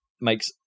makes